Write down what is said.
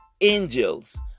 angels